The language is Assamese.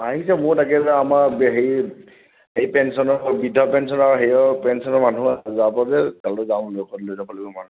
আহিছে মইয়ো তাকে আমাৰ হেৰি এই পেঞ্চনৰ বৃদ্ধ পেঞ্চনৰ হেৰিয়ৰ পেঞ্চনৰ মানুহ যাব যে তালৈ যাওঁ লগত লৈ যাব লাগিব মই